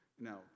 Now